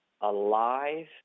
alive